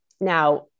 Now